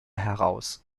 heraus